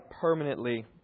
permanently